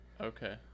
Okay